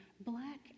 black